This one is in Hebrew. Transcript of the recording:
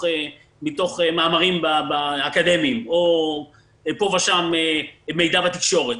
מאמרים אקדמיים או פה ושם מידע בתקשורת,